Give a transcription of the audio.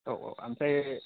औ औ ओमफ्राय